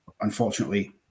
unfortunately